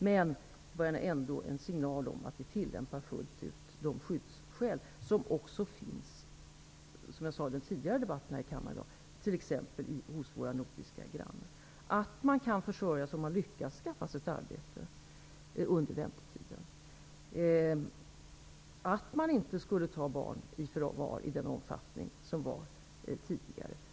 Men det var ändå en signal om att vi fullt ut tillämpar de skyddsskäl som också finns t.ex. hos våra nordiska grannar. Det sade jag också i den tidigare debatten här i kammaren i dag. Det innebar att man kan försörja sig om man lyckas skaffa sig ett arbete och att man inte skall ta barn i förvar i den omfattning som skedde tidigare.